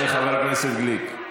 חבר הכנסת גליק.